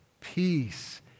peace